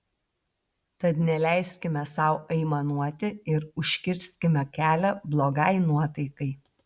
tad neleiskime sau aimanuoti ir užkirskime kelią blogai nuotaikai